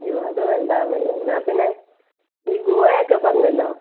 അയ്യൊ അത് വേണ്ട എന്ന് എന്നാൽ പിന്നെ ഈ ഗുവ ഒക്കെ പറഞ്ഞല്ലോ